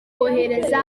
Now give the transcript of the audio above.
kohereza